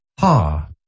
Ha